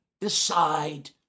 decide